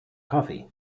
coffee